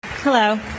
Hello